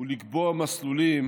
ולקבוע מסלולים